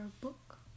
book